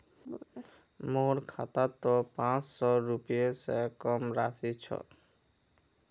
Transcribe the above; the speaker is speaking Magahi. मोर खातात त पांच सौ रुपए स कम राशि छ